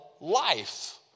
life